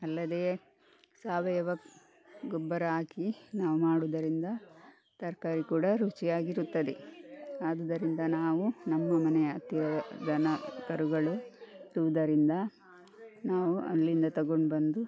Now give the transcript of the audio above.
ಅಲ್ಲದೇ ಸಾವಯವ ಗೊಬ್ಬರ ಹಾಕಿ ನಾವು ಮಾಡುವುದರಿಂದ ತರಕಾರಿ ಕೂಡ ರುಚಿಯಾಗಿರುತ್ತದೆ ಆದುದರಿಂದ ನಾವು ನಮ್ಮ ಮನೆಯ ಹತ್ತಿರದ ದನ ಕರುಗಳು ಇರುವುದರಿಂದ ನಾವು ಅಲ್ಲಿಂದ ತಗೊಂಡುಬಂದು